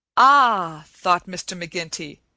ah! thought mr. mcginty,